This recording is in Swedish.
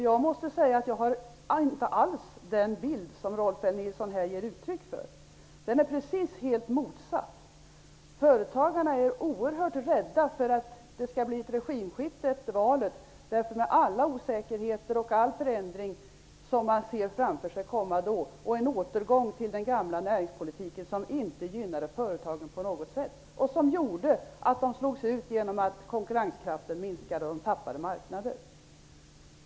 Jag måste säga att jag inte alls har den bild av deras uppfattning som Rolf L Nilson här ger uttryck för. Min bild är den motsatta. Företagarna är oerhört rädda för att det skall bli ett regimskifte efter valet. Man ser framför sig osäkerhet, förändring och en återgång till den gamla näringspolitik som inte gynnade företagen på något sätt. Den gjorde att företagen slogs ut genom att konkurrenskraften minskade och marknader tappades.